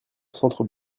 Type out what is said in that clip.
centre